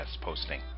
posting